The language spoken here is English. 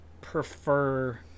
prefer